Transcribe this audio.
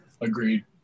agreed